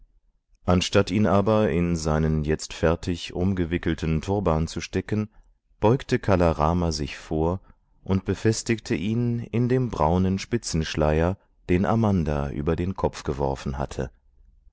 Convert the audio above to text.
anstatt ihn aber in seinen jetzt fertig umgewickelten turban zu stecken beugte kala rama sich vor und befestigte ihn in dem braunen spitzenschleier den amanda über den kopf geworfen hatte